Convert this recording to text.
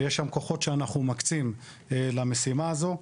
ויש שם כוחות שאנחנו מקצים למשימה הזאת.